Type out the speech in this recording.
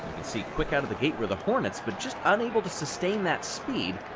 can see quick out of the gate were the hornets, but just unable to sustain that speed